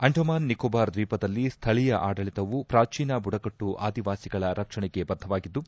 ಅಂಡಮಾನ್ ನಿಕೋಬಾರ್ ದ್ವೀಪದಲ್ಲಿ ಸ್ಥಳೀಯ ಆಡಳಿತವು ಪ್ರಾಚೀನ ಬುಡಕಟ್ಟು ಆದಿವಾಸಿಗಳ ರಕ್ಷಣೆಗೆ ಬದ್ದವಾಗಿದ್ದು